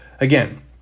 Again